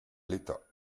l’état